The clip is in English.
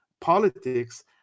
politics